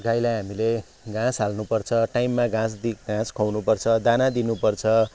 गाईलाई हामीले घाँस हाल्नु पर्छ टाइममा घाँस घाँस खुवाउनु पर्छ दाना दिनु पर्छ